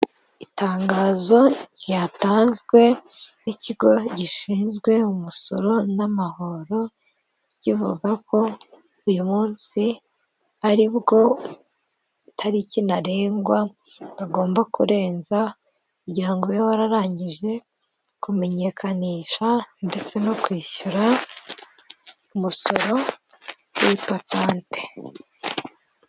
Itangazo ryatanzwe n'ikigo gishinzwe umusoro n'amahoro kivuga ko uyu munsi ari bwo itariki ntarengwa, utagomba kurenza kugira ngo ube wararangije kumenyekanisha ndetse no kwishyura umusoro w'ipatante.